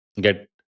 get